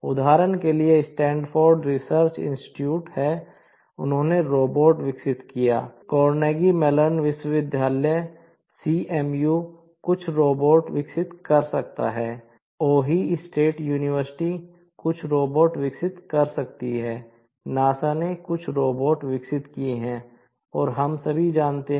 उदाहरण के लिए स्टैनफोर्ड रिसर्च इंस्टीट्यूट हैं